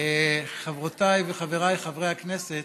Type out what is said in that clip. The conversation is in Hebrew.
חברותיי וחבריי חברי הכנסת,